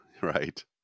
Right